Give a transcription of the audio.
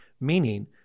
meaning